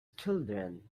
children